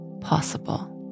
possible